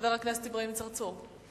חבר הכנסת אברהים צרצור?